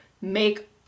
make